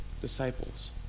disciples